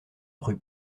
rue